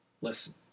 Listen